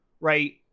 right